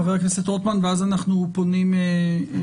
חבר הכנסת רוטמן ואז אנחנו פונים לנציגים חוץ ממשלתיים.